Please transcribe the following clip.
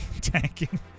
tanking